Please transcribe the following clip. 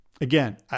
Again